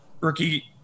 rookie